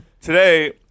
today